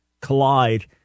Collide